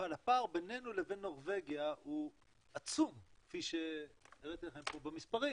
אבל הפער בינינו לבין נורבגיה הוא עצום כפי שהראיתי לכם פה במספרים